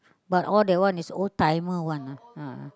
but all that one is old timer one ah a'ah